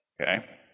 okay